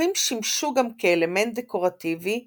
הפרחים שימשו גם כאלמנט דקורטיבי בבתים,